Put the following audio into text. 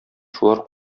шулар